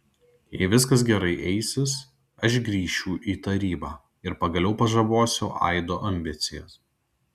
jei viskas gerai eisis aš grįšiu į tarybą ir pagaliau pažabosiu aido ambicijas